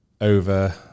over